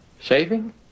Shaving